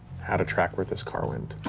how to track where this car went.